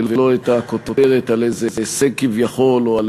ולא את הכותרת על איזה הישג כביכול או על